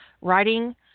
writing